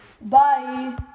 Bye